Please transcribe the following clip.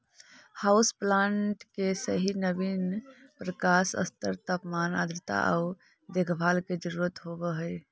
house plant के सही नवीन प्रकाश स्तर तापमान आर्द्रता आउ देखभाल के जरूरत होब हई